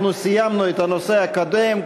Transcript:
אנחנו סיימנו את הנושא הקודם,